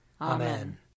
Amen